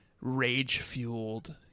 rage-fueled